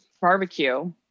barbecue